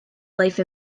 life